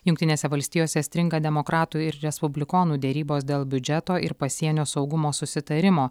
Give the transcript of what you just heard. jungtinėse valstijose stringa demokratų ir respublikonų derybos dėl biudžeto ir pasienio saugumo susitarimo